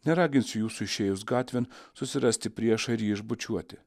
neraginsiu jūsų išėjus gatvėn susirasti priešą ir jį išbučiuoti